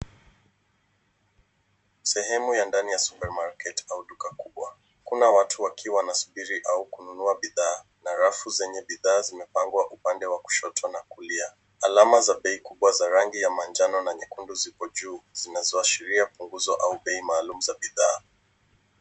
Sehemu ya ndani ya supermarket au duka kkubwa kuna watu wakiwa wanasubiri au kununua bidhaa na rafu zenye bidhaa zimepangwa upande wa kushoto na kulia .Alama za bei kubwa za rangi ya manjano na nyekundu zipo juu zinazoashiria upunguzo au bei maalumu za bidhaa.